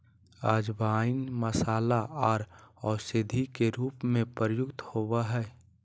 अजवाइन मसाला आर औषधि के रूप में प्रयुक्त होबय हइ